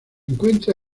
encuentra